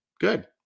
Good